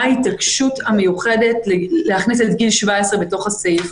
ההתעקשות המיוחדת להכניס את גיל 17 בתוך הסעיף.